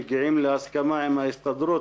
מגיעים להסכמה עם ההסתדרות,